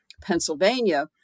Pennsylvania